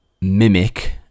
mimic